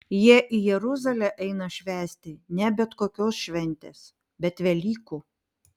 jie į jeruzalę eina švęsti ne bet kokios šventės bet velykų